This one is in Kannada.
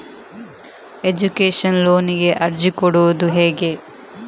ಎಜುಕೇಶನ್ ಲೋನಿಗೆ ಅರ್ಜಿ ಕೊಡೂದು ಹೇಗೆ?